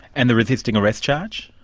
and the resisting arrest charge?